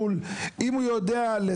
אם הוא יודע להחליף טיטול,